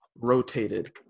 rotated